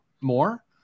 more